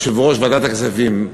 יושב-ראש ועדת הכספים,